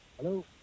Hello